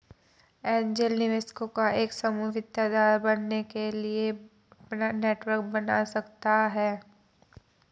angel निवेशकों का एक समूह वित्तीय आधार बनने के लिए अपना नेटवर्क बना सकता हैं